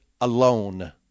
alone